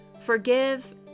Forgive